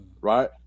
right